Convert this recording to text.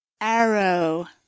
Arrow